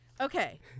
Okay